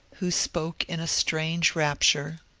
who spoke in a strange rapture,